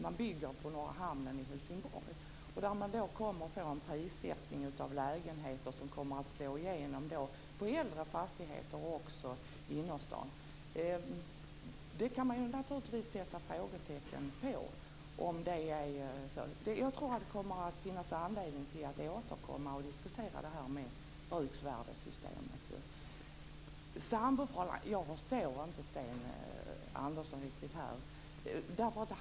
Man bygger i norra hamnen i Helsingborg. Prissättningen av lägenheterna kommer att slå igenom också på äldre fastigheter i innerstan. Det kan man naturligtvis sätta frågetecken för. Jag tror att det kommer att finnas anledning att återkomma till diskussionen om bruksvärdessystemet. Jag förstår inte riktigt Sten Andersson när det gäller hans uttalanden om samboförhållanden.